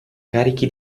carichi